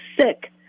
sick